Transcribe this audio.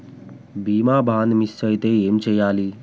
బీమా bond miss అయితే ఏం చేయాలి?